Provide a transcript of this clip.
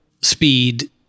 speed